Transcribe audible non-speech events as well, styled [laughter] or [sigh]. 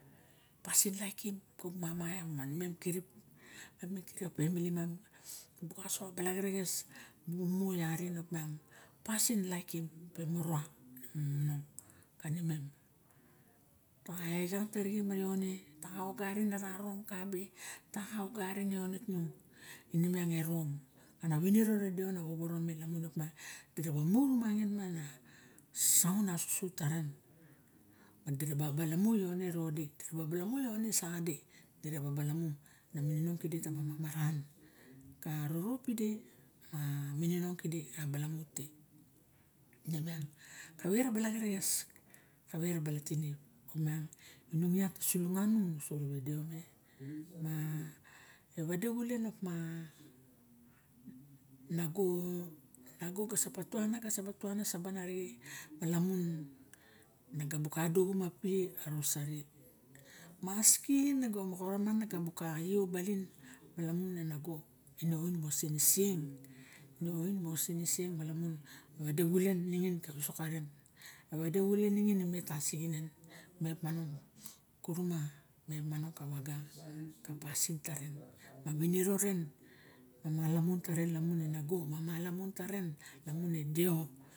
Pasin laikim [hesitation] manimem kirip a pemili ma mi bu kasoxo balaxeres mi bu mu rumangin opiang pasin laikim pe morowa namarong kanimem ta xa engat arixem ione taxa agarin apa rum kabe ta xa ogarim ione tung ine miange rom ana winiro re seo na woworo me opa dira ba mu rumangin ano sangaun asusut taren ma dira ba wamu ion rode diraba balamu ione saxa de diraba balamu namininong kide taba maran karorop pide xa mininong kide abalamu te nimiang kawe ra xerexes kave na bala tinip miang inung iat nu swunga nung uso rewe deo me ma ewade xulen opa nago jaso patuan saban arixe ma lamun nabu ka ba duxumapu a rosari maski moxo wa nabu ka xiu abaling ma lamu e nago a oin o siniseng ne oin mo siniseng na wade xulen ningin ka wisok karen e wade xulen kure ningin imet tasixinen kuru ma met manong ka waga ka pasin tarn ma winiro ren ma malamun tare e nago ma malamun taren lamun e deo.